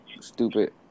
stupid